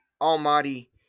almighty